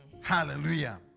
Hallelujah